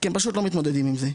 הם פשוט לא מתמודדים עם זה.